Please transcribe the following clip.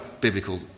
biblical